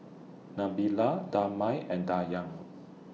Nabila Damia and Dayang